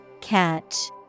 Catch